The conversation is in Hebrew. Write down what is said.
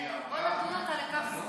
בוא נדון אותה לכף זכות.